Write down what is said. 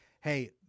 hey